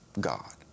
God